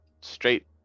straight